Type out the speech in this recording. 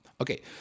Okay